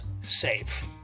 safe